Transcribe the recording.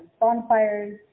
bonfires